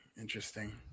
interesting